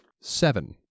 seven